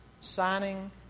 signing